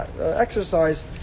exercise